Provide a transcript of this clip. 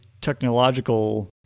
technological